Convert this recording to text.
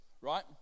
right